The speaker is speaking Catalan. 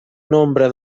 nombre